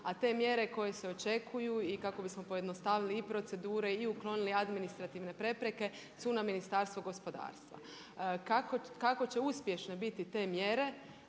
a te mjere koje se očekuju i kako bismo pojednostavili i procedure i uklonili administrativne prepreke su na Ministarstvu gospodarstva. Kako će uspješne biti te mjere